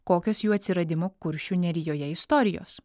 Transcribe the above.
kokios jų atsiradimo kuršių nerijoje istorijos